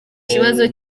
ikibazo